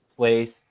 Place